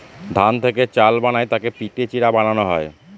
ধান থেকে চাল বানায় তাকে পিটে চিড়া বানানো হয়